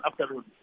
afternoon